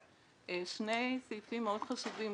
שני סעיפים מאוד חשובים לעניין הזה.